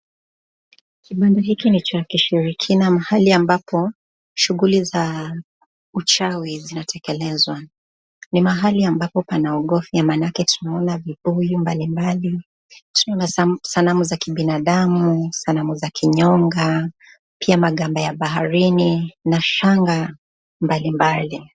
Kibanda hiki ni cha kishirikina, mahali ambapo shughuli za uchawi zinatekelezwa. Ni mahali ambapo panaogofya, maanake tunaona vibuyu mbalimbali, tunaona sanamu za kibinadamu, sanamu za kinyonga pia maganda ya baharini na shanga mbalimbali.